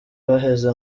baheze